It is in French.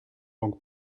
donc